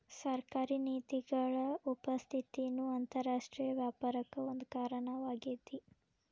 ಸರ್ಕಾರಿ ನೇತಿಗಳ ಉಪಸ್ಥಿತಿನೂ ಅಂತರರಾಷ್ಟ್ರೇಯ ವ್ಯಾಪಾರಕ್ಕ ಒಂದ ಕಾರಣವಾಗೇತಿ